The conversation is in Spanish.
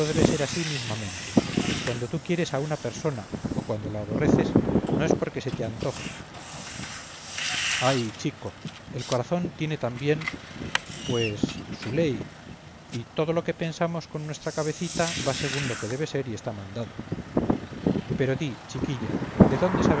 debe ser así mismamente cuando tú quieres a una persona o cuando la aborreces no es porque se te antoje ay chico el corazón tiene también pues su ley y todo lo que pensamos con nuestra cabecita va según lo que debe ser y está mandado pero di chiquilla de dónde